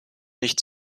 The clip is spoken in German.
nicht